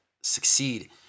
succeed